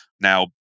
Now